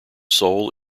soul